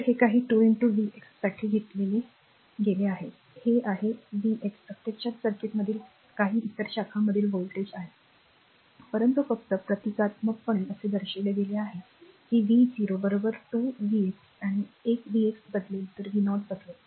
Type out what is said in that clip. तर हे काही 2 व्ही एक्स साठी घेतले गेले आहे हे आहे व्ही एक्स प्रत्यक्षात सर्किटमधील काही इतर शाखांमधील व्होल्टेज आहे परंतु फक्त प्रतिकात्मकपणे असे दर्शविले गेले आहे की व्ही 0 बरोबर 2 vx आहे एक vx बदलेल तर v 0 बदलेल